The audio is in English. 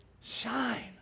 shine